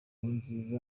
nkurunziza